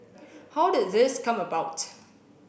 how did this come about